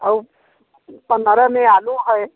और पन्द्रह में आलू है